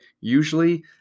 usually